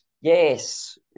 Yes